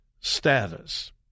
status